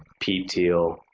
pete teel,